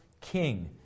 king